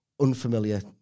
unfamiliar